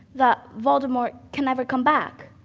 that voldemort can never come back?